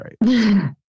right